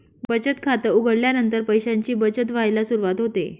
बचत खात उघडल्यानंतर पैशांची बचत व्हायला सुरवात होते